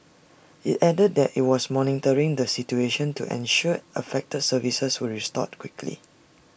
IT added that IT was monitoring the situation to ensure affected services were restored quickly